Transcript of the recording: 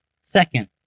Second